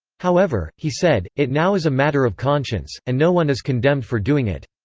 however, he said, it now is a matter of conscience, and no one is condemned for doing it.